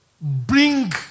bring